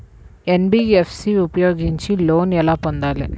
NBFC ఉపయోగించి loan ఎలా పొందాలి?